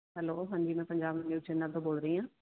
hello ਹਾਂਜੀ ਮੈਂ Punjab news channel ਤੋਂ ਬੋਲ ਰਹੀ ਹਾਂ